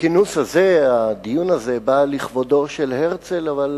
הכינוס הזה, הדיון הזה, בא לכבודו של הרצל, אבל